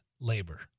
labor